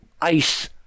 ice